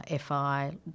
FI